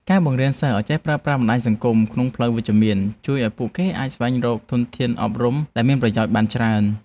ការបង្រៀនសិស្សឱ្យចេះប្រើប្រាស់បណ្តាញសង្គមក្នុងផ្លូវវិជ្ជមាន ជួយឱ្យពួកគេអាចស្វែងរកធនធានអប់រំដែលមានប្រយោជន៍បានច្រើន។